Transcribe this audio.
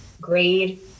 grade